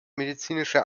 medizinische